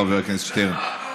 חבר הכנסת שטרן.